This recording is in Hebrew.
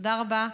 תודה רבה.